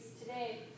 today